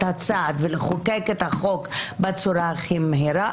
הצעד ולחוקק את החוק בצורה הכי מהירה,